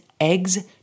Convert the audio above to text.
eggs